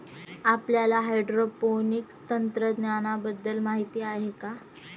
आपल्याला हायड्रोपोनिक्स तंत्रज्ञानाबद्दल माहिती आहे का?